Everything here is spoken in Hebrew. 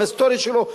עם ההיסטוריה שלו,